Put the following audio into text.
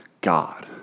God